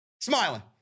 smiling